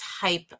type